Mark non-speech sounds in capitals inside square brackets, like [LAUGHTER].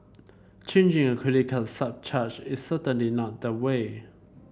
charging a credit [UNINTELLIGIBLE] surcharge is certainly not the way